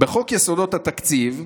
בחוק יסודות התקציב,